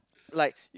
like